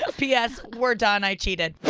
ah p s. we're done, i cheated.